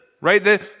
right